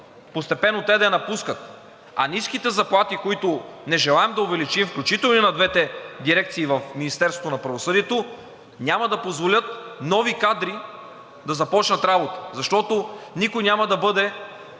постепенно да напускат, а ниските заплати, които не желаем да увеличим, включително и на двете дирекции в Министерството на правосъдието, няма да позволят нови кадри да започнат работа, защото никой няма да бъде